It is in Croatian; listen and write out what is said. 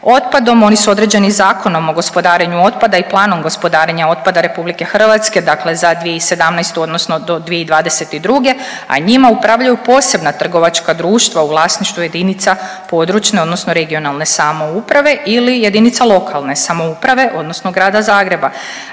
otpadom. Oni su određeni Zakonom o gospodarenju otpada i Planom gospodarenja otpada RH, dakle za 2017. odnosno do 2022., a njima upravljaju posebna trgovačka društva u vlasništvu jedinica područne odnosno regionalne samouprave ili jedinica lokalne samouprave odnosno Grada Zagreba.